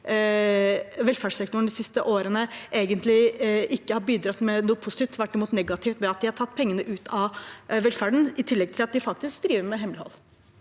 velferdssektoren de siste årene, egentlig ikke har bidratt med noe positivt, men tvert imot noe negativt, ved at de har tatt pengene ut av velferden, i tillegg til at de faktisk driver med hemmelighold?